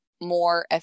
more